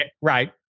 Right